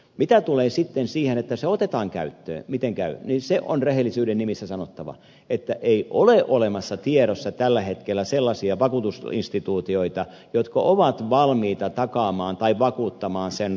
mitä tulee sitten siihen että se otetaan käyttöön miten käy niin se on rehellisyyden nimissä sanottava että ei ole olemassa tiedossa tällä hetkellä sellaisia vakuutusinstituutioita jotka ovat valmiita takaamaan tai vakuuttamaan sen rajoittamattoman vastuun